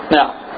Now